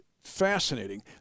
fascinating